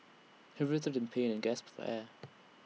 he writhed in pain and gasped for air